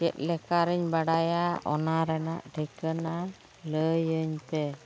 ᱪᱮᱫ ᱞᱮᱠᱟ ᱨᱤᱧ ᱵᱟᱰᱟᱭᱟ ᱚᱱᱟ ᱨᱮᱱᱟᱜ ᱴᱷᱤᱠᱟᱹᱱᱟ ᱞᱟᱹᱭᱟᱹᱧ ᱯᱮ